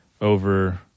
over